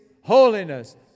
Holiness